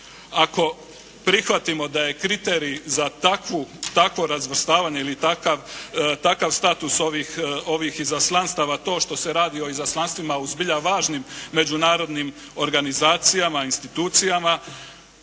Ako prihvatimo da je kriterij za takvo razvrstavanje ili takav status ovih izaslanstava to što se radi o izaslanstvima u zbilja važnim međunarodnim organizacijama, institucijama